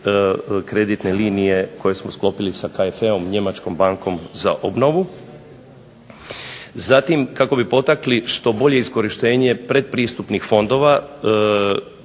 kreditne linije koje smo sklopili KFE-om, njemačkom bankom za obnovu. Zatim kako bi potakli što bolje iskorištenje predpristupnih fondova